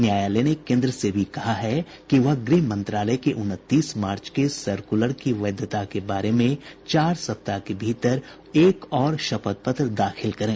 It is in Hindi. न्यायालय ने केन्द्र से भी कहा है कि वह गृह मंत्रालय के उनतीस मार्च के सर्कुलर की वैधता के बारे में चार सप्ताह के भीतर एक और शपथ पत्र दाखिल करें